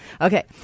Okay